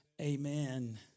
Amen